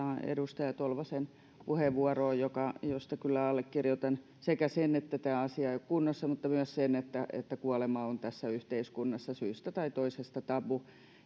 edustaja tolvasen puheenvuoroon josta kyllä allekirjoitan sen että tämä asia ei ole kunnossa mutta myös sen että että kuolema on tässä yhteiskunnassa syystä tai toisesta tabu